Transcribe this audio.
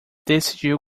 decidiu